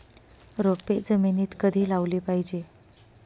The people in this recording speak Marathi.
रोपे जमिनीत कधी लावली पाहिजे?